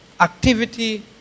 activity